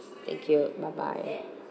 thank you bye bye